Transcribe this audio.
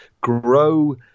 grow